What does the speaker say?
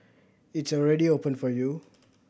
it's already open for you